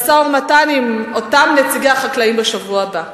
וכן יהיו פנים למשא-ומתן עם אותם נציגי החקלאים בשבוע הבא.